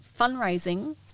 fundraising